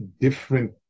different